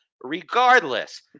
Regardless